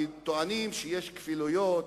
כי טוענים שיש כפילויות,